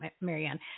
Marianne